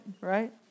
right